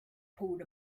pulled